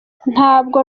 ntabwo